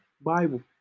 Bible